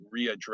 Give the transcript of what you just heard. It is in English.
readdress